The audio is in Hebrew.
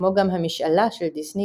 כמו גם "המשאלה" של דיסני,